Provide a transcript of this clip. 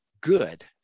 good